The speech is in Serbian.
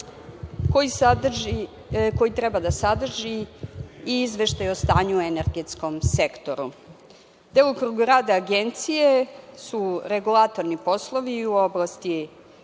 koji treba da sadrži i izveštaj o stanju u energetskom sektoru. Delokrug rada Agencije su regulatorni poslovi u oblasti